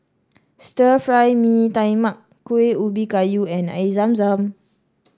Stir Fry Mee Tai Mak Kuih Ubi Kayu and Air Zam Zam